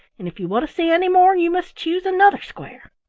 and if you want to see any more you must choose another square.